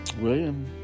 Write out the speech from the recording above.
William